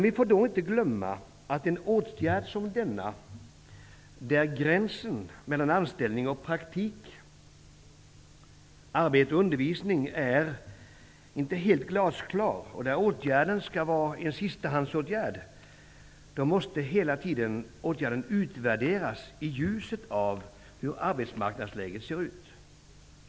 Vi får inte glömma att en åtgärd som denna hela tiden måste utvärderas i ljuset av hur arbetsmarknadsläget ser ut. Om uttrycket tillåts vill jag säga att gränsen mellan anställning och praktik, arbete och undervisning, faktiskt inte är helt glasklar. Dessutom är det en sistahandsåtgärd.